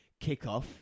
kickoff